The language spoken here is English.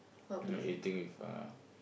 not eating with uh